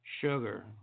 sugar